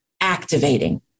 activating